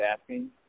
asking